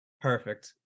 Perfect